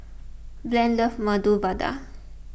Blaine loves Medu Vada